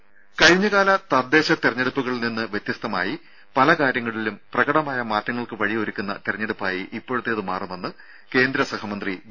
ദര കഴിഞ്ഞകാല തദ്ദേശ തെരഞ്ഞെടുപ്പുകളിൽ നിന്ന് വ്യത്യസ്തമായി പല കാര്യങ്ങളിലും പ്രകടമായ മാറ്റങ്ങൾക്ക് വഴിയൊരുക്കുന്ന തെരഞ്ഞെടുപ്പായി ഇപ്പോഴത്തേത് മാറുമെന്ന് കേന്ദ്രസഹമന്ത്രി വി